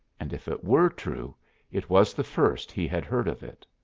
and if it were true it was the first he had heard of it.